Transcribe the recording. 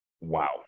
Wow